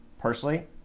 Personally